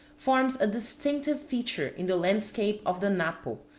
forms a distinctive feature in the landscape of the napo,